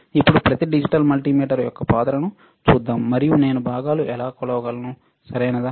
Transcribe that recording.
ఇప్పుడు ప్రతి digital multimeter యొక్క పాత్రను చూద్దాం మరియు నేను భాగాలు ఎలా కొలవగలను సరియైనదా